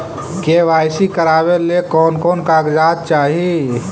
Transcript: KYC करावे ले कोन कोन कागजात चाही?